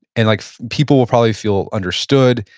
and like people will probably feel understood.